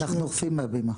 אנחנו אוכפים בהבימה.